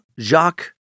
Jacques